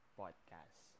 podcast